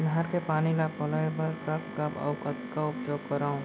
नहर के पानी ल पलोय बर कब कब अऊ कतका उपयोग करंव?